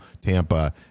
tampa